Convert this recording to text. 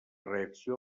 reacció